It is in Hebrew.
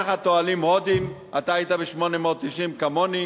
אתה היית ב-890 כמוני,